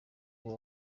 kuba